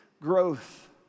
growth